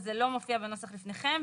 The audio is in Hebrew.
אז זה לא מופיע בנוסח לפניכם.